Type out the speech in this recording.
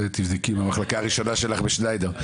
אז תבדקי עם המחלקה הראשונה שלך בשניידר,